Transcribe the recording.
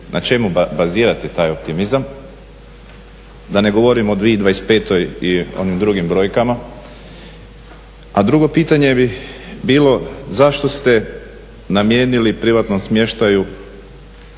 na čemu bazirate taj optimizam? Da ne govorim o 2025.i onim drugim brojkama. A drugo čitanje bi bilo zašto ste namijenili privatnom smještaju